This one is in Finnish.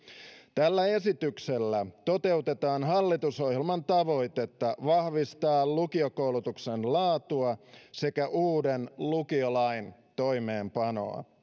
tällä esityksellä toteutetaan hallitusohjelman tavoitetta vahvistaa lukiokoulutuksen laatua sekä uuden lukiolain toimeenpanoa